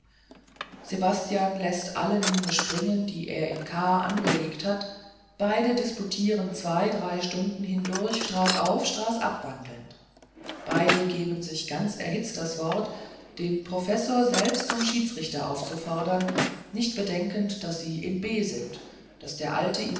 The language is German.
sebastian läßt alle minen springen die er in k angelegt hatte beide disputieren zwei drei stunden hindurch straßauf straßab wandelnd beide geben sich ganz erhitzt das wort den professor selbst zum schiedsrichter aufzufordern nicht bedenkend daß sie in b sind daß der alte